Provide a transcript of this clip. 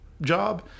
job